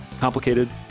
complicated